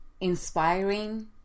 inspiring